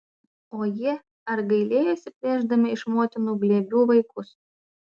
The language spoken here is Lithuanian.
o jie ar gailėjosi plėšdami iš motinų glėbių vaikus